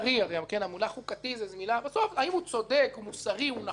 הוא נכון,